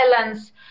violence